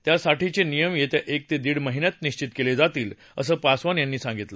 त्यासाठीचे नियम येत्या एक ते दीड महिन्यात निश्वित केले जातील असं पासवान यांनी सांगितलं